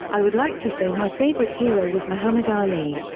i would like to say my favorite hero was muhammad ali.